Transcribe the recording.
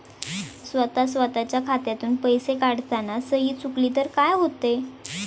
स्वतः स्वतःच्या खात्यातून पैसे काढताना सही चुकली तर काय होते?